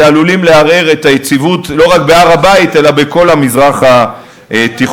שעלולים לערער את היציבות לא רק בהר-הבית אלא בכל המזרח התיכון.